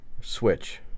Switch